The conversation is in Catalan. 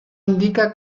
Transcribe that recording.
indica